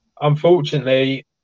unfortunately